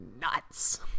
nuts